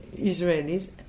Israelis